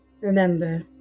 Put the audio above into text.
remember